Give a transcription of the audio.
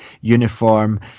uniform